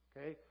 Okay